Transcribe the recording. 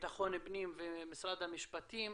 בטחון פנים ומשרד המשפטים,